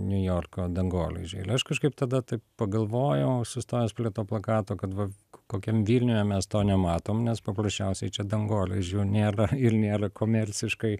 niujorko dangolaižiai il aš kažkaip tada taip pagalvojau aš sustojęs prie to plakato kad va kokiam vilniuje mes to nematom nes paprasčiausiai čia dangoraižių nėra ir nėra komerciškai